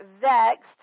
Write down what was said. vexed